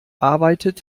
arbeitet